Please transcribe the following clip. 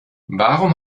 warum